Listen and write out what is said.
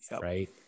Right